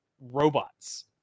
robots